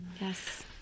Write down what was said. yes